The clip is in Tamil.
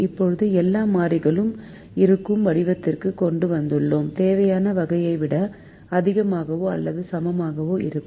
இப்போது எல்லா மாறிகள் இருக்கும் வடிவத்திற்கு கொண்டு வந்துள்ளோம் தேவையான வகையை விட அதிகமாகவோ அல்லது சமமாகவோ இருக்கும்